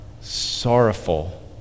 sorrowful